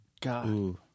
God